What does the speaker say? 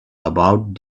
about